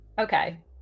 Okay